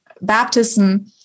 baptism